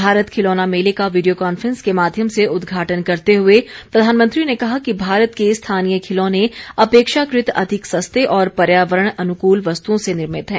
भारत खिलौना मेले का वीडियो कान्फ्रेंस के माध्यम से उद्घाटन करते हुए प्रधानमंत्री ने कहा कि भारत के स्थानीय खिलौने अपेक्षाकृत अधिक सस्ते और पर्यावरण अनुकूल वस्तुओं से निर्मित हैं